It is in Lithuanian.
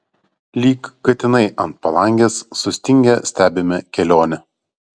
lyg katinai ant palangės sustingę stebime kelionę